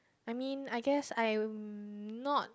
I mean I guess I'm not